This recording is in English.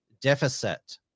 deficit